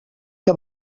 que